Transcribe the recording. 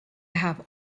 have